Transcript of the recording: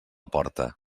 porta